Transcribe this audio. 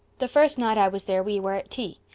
the first night i was there we were at tea.